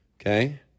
okay